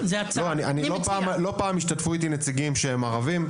לא פעם, שהשתתפו איתי נציגים ערבים.